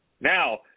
Now